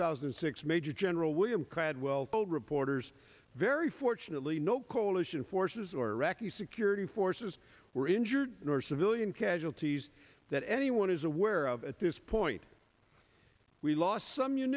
thousand and six major general william caldwell told reporters very fortunately no coalition forces or iraqi security forces were injured nor civilian casualties that anyone is aware of at this point we lost some